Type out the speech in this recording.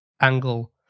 angle